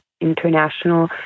international